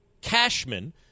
Cashman